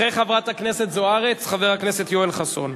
אחרי חברת הכנסת זוארץ, חבר הכנסת יואל חסון.